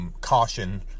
caution